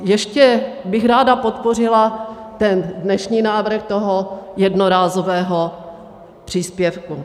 Ještě bych ráda podpořila ten dnešní návrh toho jednorázového příspěvku.